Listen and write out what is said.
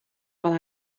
while